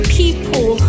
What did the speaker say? people